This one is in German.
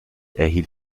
erhielt